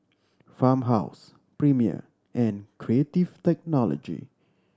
Farmhouse Premier and Creative Technology